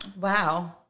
Wow